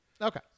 Okay